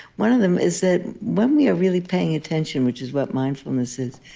one of them is that when we are really paying attention, which is what mindfulness is,